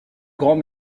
grands